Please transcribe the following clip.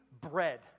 bread